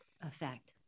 effect